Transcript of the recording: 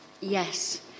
yes